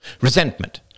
Resentment